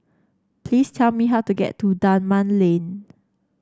please tell me how to get to Dunman Lane